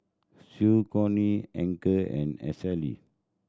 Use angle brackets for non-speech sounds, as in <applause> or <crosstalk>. Saucony Anchor and <unintelligible>